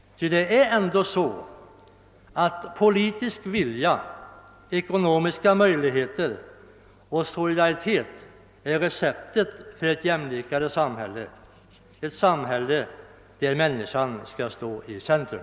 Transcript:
Ty det är ändå så att politisk vilja, ekonomiska möjligheter och solidaritet är receptet för ett jämlikare samhälle, ett samhälle där människan står i centrum.